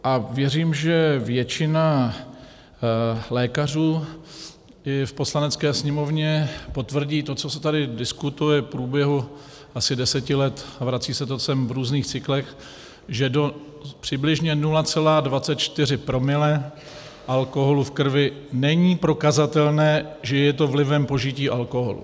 A věřím, že většina lékařů i v Poslanecké sněmovně potvrdí to, co se tady diskutuje v průběhu asi deseti let a vrací se to sem v různých cyklech, že do přibližně 0,24 promile alkoholu v krvi není prokazatelné, že je to vlivem požití alkoholu.